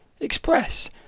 express